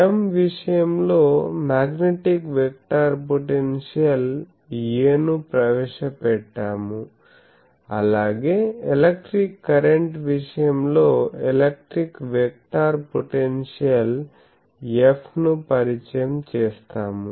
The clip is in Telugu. M విషయం లో మ్యాగ్నెటిక్ వెక్టార్ పొటెన్షియల్ A ను ప్రవేశపెట్టాము అలాగే ఎలక్ట్రిక్ కరెంట్ విషయం లో ఎలక్ట్రిక్ వెక్టర్ పొటెన్షియల్ F ను పరిచయం చేస్తాము